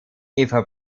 eva